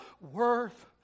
worth